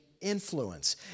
influence